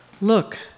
look